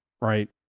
right